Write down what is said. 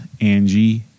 Angie